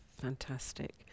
fantastic